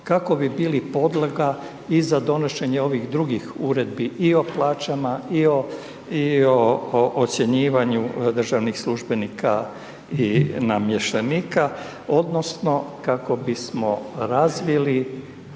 kako bi bilo podloga i za donošenje ovih drugih uredbi i o plaćama i o ocjenjivanju državnih službenika i namještenika odnosno kako bismo razvili